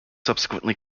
subsequently